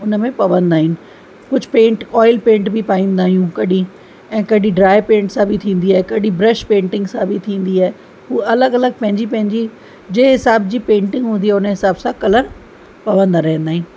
हुन में पवंदा आहिनि कुझु पेंट ऑयल पेंट बि पाईंदा आहियूं कॾहिं ऐं कॾहिं ड्राए पेंट सां बि थींदी आए कॾहिं ब्रश पेंटिंग सां बि थींदी आहे उहो अलॻि अलॻि पंहिंजी पंहिंजी जे हिसाब जी पेंटिंग हूंदी आहे उन हिसाब सां कलर पवंदा रहंदा आहिनि